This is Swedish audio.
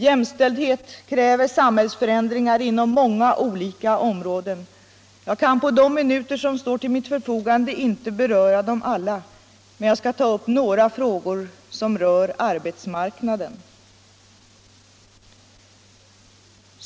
Jämställdhet kräver samhällsförändringar inom många olika områden. Jag kan på de minuter som står till mitt förfogande inte beröra dem alla, men jag skall ta upp några frågor som rör arbetsmarknaden.